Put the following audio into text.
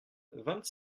vingt